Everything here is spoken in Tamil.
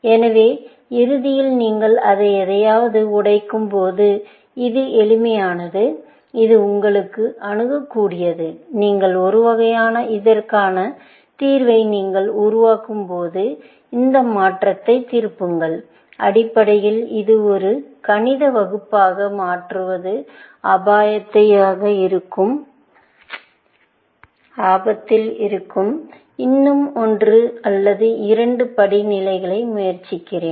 எனவே இறுதியில் நீங்கள் அதை எதையாவது உடைக்கும் போது இது எளிமையானது இது உங்களுக்கு அணுகக்கூடியது நீங்கள் ஒரு வகையான இதற்கான தீர்வை நீங்கள் உருவாக்கும் போது இந்த மாற்றத்தை திருப்புங்கள் அடிப்படையில் இதை ஒரு கணித வகுப்பாக மாற்றும் அபாயத்தில் இருக்கிறேன் இன்னும் ஒன்று அல்லது இரண்டு படி நிலைகளை முயற்சிக்கிறேன்